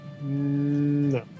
No